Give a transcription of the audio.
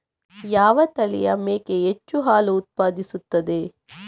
ಯಾವ ತಳಿಯ ಮೇಕೆ ಹೆಚ್ಚು ಹಾಲು ಉತ್ಪಾದಿಸುತ್ತದೆ?